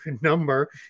number